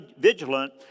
vigilant